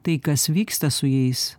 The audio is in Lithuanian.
tai kas vyksta su jais